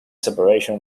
separation